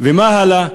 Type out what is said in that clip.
ומה הלאה?